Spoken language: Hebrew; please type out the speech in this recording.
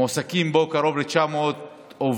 מועסקים בו קרוב ל-900 עובדים.